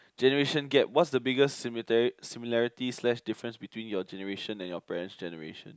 generation gap what's the biggest simitary similarities slash difference between your generation and your parents generation